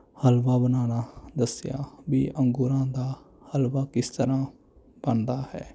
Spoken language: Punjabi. ਹਲਵਾ ਬਣਾਉਣਾ ਦੱਸਿਆ ਵੀ ਅੰਗੂਰਾਂ ਦਾ ਹਲਵਾ ਕਿਸ ਤਰ੍ਹਾਂ ਬਣਦਾ ਹੈ